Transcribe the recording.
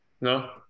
No